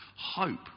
hope